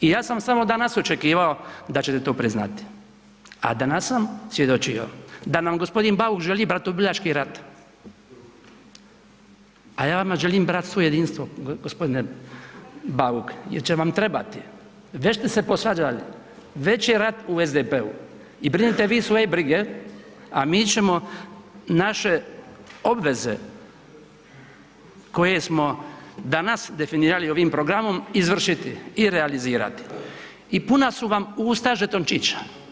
I ja sam samo danas očekivao da ćete to priznati, a danas sam svjedočio da nam g. Bauk želi bratoubilački rat, a ja vama želim bratstvo i jedinstvo g. Bauk jer će vam trebati, već ste se posvađali, već je rat u SDP-u i brinite vi svoje brige, a mi ćemo naše obveze koje smo danas definirali ovim programom izvršiti i realizirati i puna su vam usta žetončića.